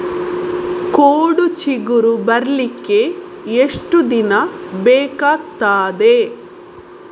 ಕೋಡು ಚಿಗುರು ಬರ್ಲಿಕ್ಕೆ ಎಷ್ಟು ದಿನ ಬೇಕಗ್ತಾದೆ?